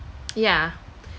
yeah